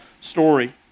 story